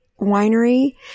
winery